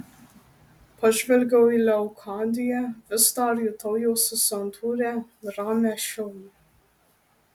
pažvelgiau į leokadiją vis dar jutau jos santūrią ramią šilumą